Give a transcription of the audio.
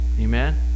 amen